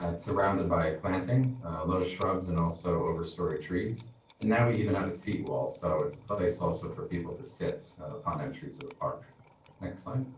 ah surrounded by planting low shrubs and also over story trees and now we even have a seat wall. so it's a place, also for people to sit upon entry to the park next line.